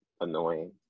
annoying